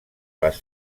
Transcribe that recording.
les